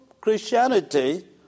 Christianity